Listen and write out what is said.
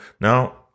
Now